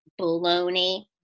baloney